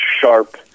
sharp